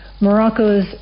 Morocco's